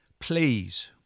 please